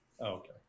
Okay